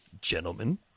Gentlemen